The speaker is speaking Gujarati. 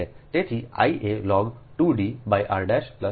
તેથી I a log 2 D r I b log 2 જ છું